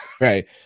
Right